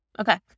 Okay